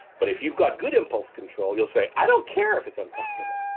but if you've got good impulse control, you'll say, i don't care if it's uncomfortable.